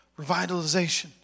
revitalization